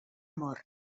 mort